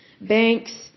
banks